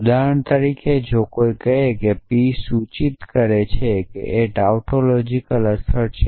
ઉદાહરણ તરીકે જો કોઈ કહે છે કે પી સૂચિત કરે છે તે એ ટાઉટોલોજિકલ અસર છે